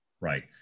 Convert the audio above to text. Right